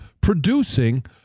producing